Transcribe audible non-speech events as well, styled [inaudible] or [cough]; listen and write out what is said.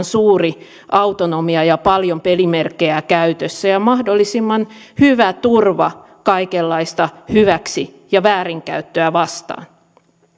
[unintelligible] suuri autonomia ja paljon pelimerkkejä käytössä ja mahdollisimman hyvä turva kaikenlaista hyväksi ja väärinkäyttöä vastaan